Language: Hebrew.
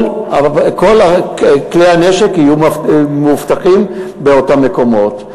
כל כלי הנשק יהיו מאובטחים באותם מקומות.